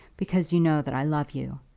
because you know that i love you.